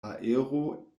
aero